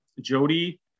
Jody